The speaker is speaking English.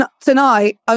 tonight